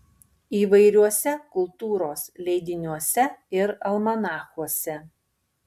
įvairiuose kultūros leidiniuose ir almanachuose